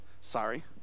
sorry